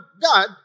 God